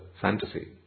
fantasy